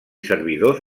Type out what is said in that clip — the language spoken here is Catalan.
servidors